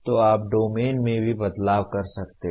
तो आप डोमेन में भी बदलाव कर सकते हैं